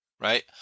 right